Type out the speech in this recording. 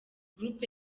groupe